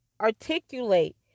articulate